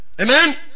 Amen